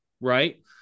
right